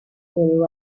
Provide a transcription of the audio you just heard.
still